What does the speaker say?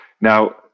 Now